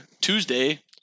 Tuesday